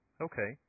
Okay